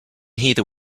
heather